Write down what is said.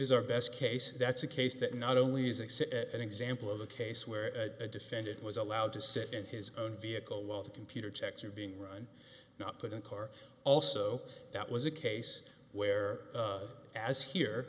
is our best case that's a case that not only using an example of a case where a defendant was allowed to sit in his own vehicle while the computer checks are being run not put in car also that was a case where as here